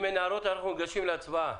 הערות, אנחנו ניגשים להצבעה.